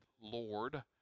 Lord